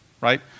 right